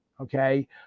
Okay